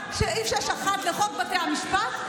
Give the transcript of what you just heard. רק סעיף 6(1) לחוק בתי המשפט,